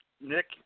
Nick